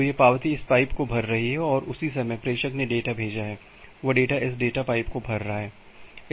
तो यह पावती इस पाइप को भर रही है और उसी समय प्रेषक ने डेटा भेजा है वह डेटा इस डेटा पाइप को भर रहा है